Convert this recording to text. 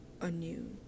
anew